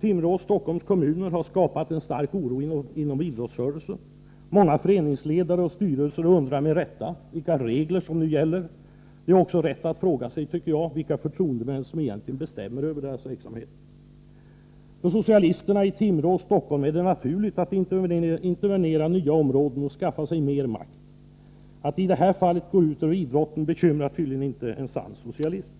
Timrå och Stockholms kommuner har skapat stor oro inom idrottsrörelsen. Många föreningsledare och styrelser undrar — med rätta — vilka regler som nu gäller. De har också rätt att fråga sig, tycker jag, vilka förtroendemän som egentligen bestämmer över deras verksamhet. För socialisterna i Timrå och Stockholm är det naturligt att intervenera i nya områden och skaffa sig mer makt. Att det i det här fallet går ut över idrotten bekymrar tydligen inte en sann socialist.